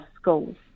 schools